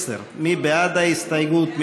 10. מי בעד ההסתייגות?